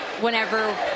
whenever